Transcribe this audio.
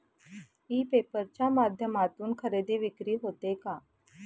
E paper च्या माध्यमातून खरेदी विक्री होते का?